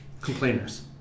Complainers